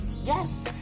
Yes